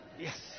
yes